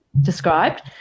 described